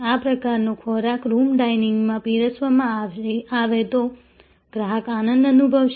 આ પ્રકારનો ખોરાક રૂમ ડાઈનિંગમાં પીરસવામાં આવે તો ગ્રાહક આનંદ અનુભવશે